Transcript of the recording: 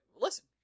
listen